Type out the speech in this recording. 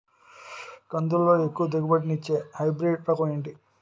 కందుల లో ఎక్కువ దిగుబడి ని ఇచ్చే హైబ్రిడ్ రకం ఏంటి?